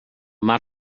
mar